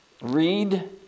read